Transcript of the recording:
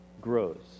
grows